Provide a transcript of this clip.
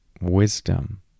wisdom